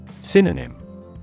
Synonym